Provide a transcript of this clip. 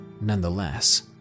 Nonetheless